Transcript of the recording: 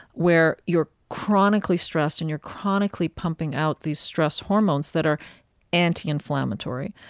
where you're chronically stressed and you're chronically pumping out these stress hormones that are anti-inflammatory,